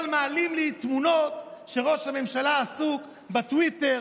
אבל מעלים לי תמונות שראש הממשלה עסוק בטוויטר,